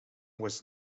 was